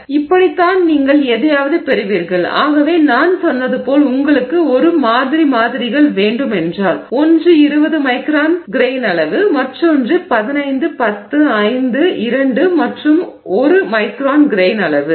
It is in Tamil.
எனவே இப்படி தான் நீங்கள் எதையாவது பெறுவீர்கள் ஆகவே நான் சொன்னது போல் உங்களுக்கு ஒரு மாதிரி மாதிரிகள் வேண்டுமென்றால் ஒன்று 20 மைக்ரான் தானியமணி அளவு மற்றொன்று 15 10 5 2 மற்றும் 1 மைக்ரான் கிரெய்ன் அளவு